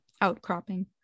outcropping